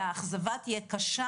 והאכזבה תהיה קשה,